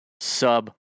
sub